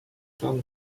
pan